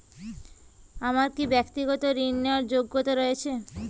আমার কী ব্যাক্তিগত ঋণ নেওয়ার যোগ্যতা রয়েছে?